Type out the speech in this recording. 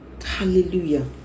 Hallelujah